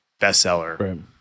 bestseller